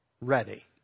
ready